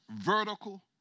vertical